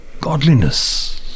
godliness